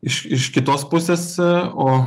iš iš kitos pusės o